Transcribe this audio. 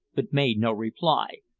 but made no reply,